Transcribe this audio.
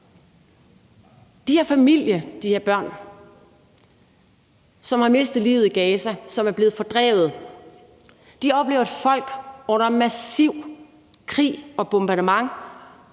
har familie, som har mistet livet i Gaza, og som er blevet fordrevet. De oplever et folk under massiv krig og bombardement